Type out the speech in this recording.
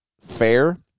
fair